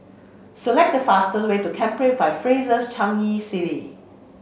select the fastest way to Capri by Fraser Changi City